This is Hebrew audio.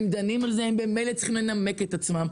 הם דנים על זה, הם ממילא צריכים לנמק את עצמם.